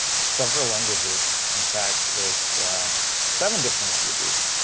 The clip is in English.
several languages, in fact it's seven different languages.